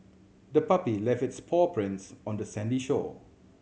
the puppy left its paw prints on the sandy shore